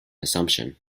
assumption